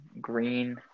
green